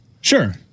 Sure